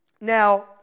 Now